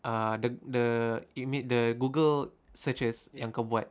uh the the amid the Google search yang kau buat